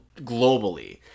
globally